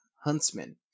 Huntsman